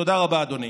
תודה רבה, אדוני.